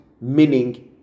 meaning